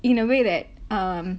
in a way that um